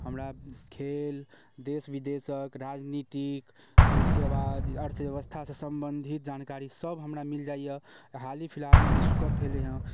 हमरा खेल देश विदेशक राजनीतिक उसके बाद अर्थव्यवस्थासँ सम्बन्धित जानकारी सब हमरा मिल जाइए हाल ही फिलहालमे विश्व कप भेलै हँ